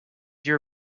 your